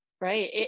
Right